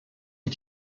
est